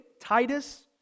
Titus